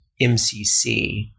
MCC